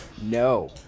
no